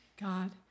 God